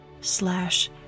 slash